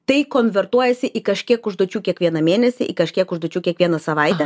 tai konvertuojasi į kažkiek užduočių kiekvieną mėnesį į kažkiek užduočių kiekvieną savaitę